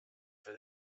for